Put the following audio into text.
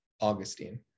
Augustine